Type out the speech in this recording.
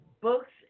books